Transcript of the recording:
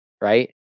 right